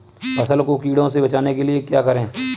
फसल को कीड़ों से बचाने के लिए क्या करें?